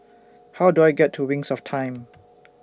How Do I get to Wings of Time